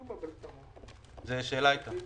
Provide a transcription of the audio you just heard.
זאת הייתה שאלה.